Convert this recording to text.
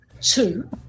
two